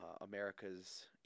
America's